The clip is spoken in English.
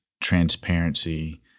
transparency